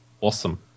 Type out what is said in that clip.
Awesome